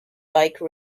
bike